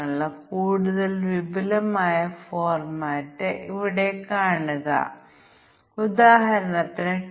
അപേക്ഷകന്റെ പ്രായം 0 മുതൽ 12 വയസ്സുവരെയെങ്കിൽ ഞങ്ങൾ നിയമിക്കില്ല എന്നതാണ് ഒരു HR നയം